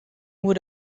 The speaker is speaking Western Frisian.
oer